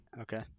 Okay